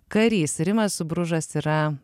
karys rimas bružas yra